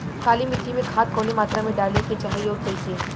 काली मिट्टी में खाद कवने मात्रा में डाले के चाही अउर कइसे?